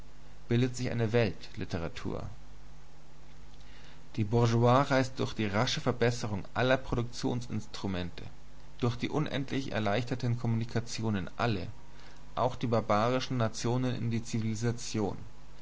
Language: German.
bildet sich eine weltliteratur die bourgeoisie reißt durch die rasche verbesserung aller produktionsinstrumente durch die unendlich erleichterte kommunikation alle auch die barbarischsten nationen in die zivilisation